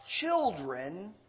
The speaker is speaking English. children